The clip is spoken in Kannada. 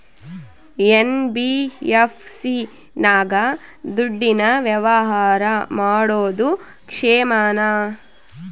ಎನ್.ಬಿ.ಎಫ್.ಸಿ ನಾಗ ದುಡ್ಡಿನ ವ್ಯವಹಾರ ಮಾಡೋದು ಕ್ಷೇಮಾನ?